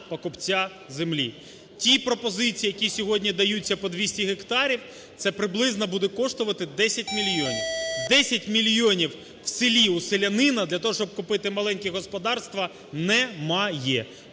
Ті пропозиції, які сьогодні даються по 200 гектарів, це приблизно буде коштувати 10 мільйонів, 10 мільйонів в селі у селянина для того, щоб купити маленьке господарство, немає.